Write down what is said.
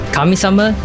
Kamisama